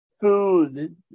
food